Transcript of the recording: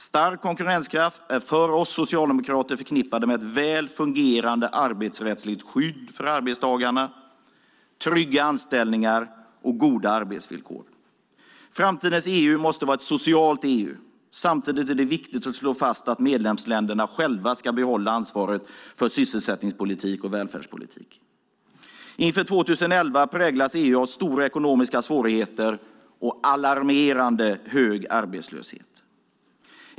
För oss socialdemokrater är stark konkurrenskraft förknippad med ett väl fungerande arbetsrättsligt skydd för arbetstagarna, trygga anställningar och goda arbetsvillkor. Framtidens EU måste vara ett socialt EU. Samtidigt är det viktigt att slå fast att medlemsländerna själva ska behålla ansvaret för sysselsättningspolitik och välfärdspolitik. Inför 2011 präglas EU av stora ekonomiska svårigheter och alarmerande hög arbetslöshet.